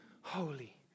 holy